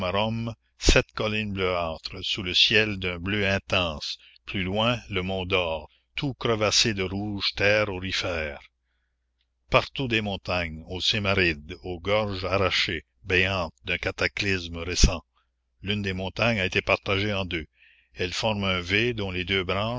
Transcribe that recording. sept collines bleuâtres sous le ciel d'un bleu intense plus loin le mont dor tout crevassé de rouge terre aurifère partout des montagnes aux cimes arides aux gorges arrachées béantes d'un cataclysme récent l'une des montagnes a été partagée en deux elle forme un v dont les deux branches